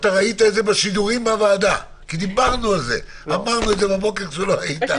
דיברנו על זה בוועדה.